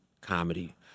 comedy